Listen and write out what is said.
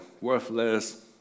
worthless